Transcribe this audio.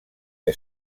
que